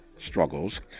Struggles